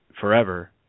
forever